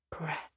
breath